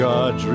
God